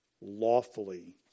lawfully